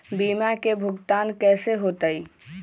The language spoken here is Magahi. बीमा के भुगतान कैसे होतइ?